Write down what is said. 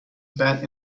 bat